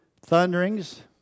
thunderings